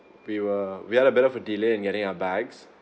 we were we had a bit of a delay in getting our bags